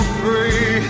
free